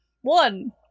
one